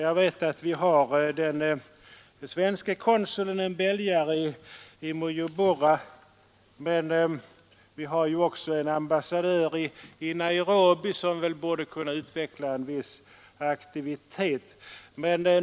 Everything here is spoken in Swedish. Jag vet att vi har en svensk konsul, en belgare, i Bujumbura, men vi har också en ambassadör i Nairobi som borde kunna utveckla en viss aktivitet.